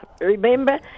remember